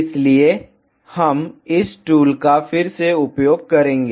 इसलिए हम इस टूल का फिर से उपयोग करेंगे